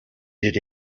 did